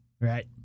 Right